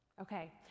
Okay